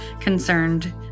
concerned